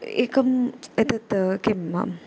एकम् एतत् किं नाम